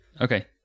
Okay